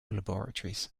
laboratories